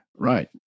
Right